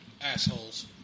Assholes